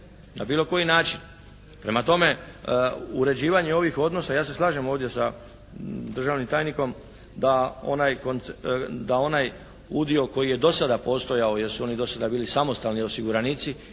na bilo koji način. Prema tome, uređivanje ovih odnosa, ja se slažem ovdje sa državnim tajnikom da onaj udio koji je do sada postojao, jer su oni do sada bili samostalni osiguranici,